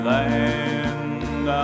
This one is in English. land